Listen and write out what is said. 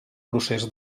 procés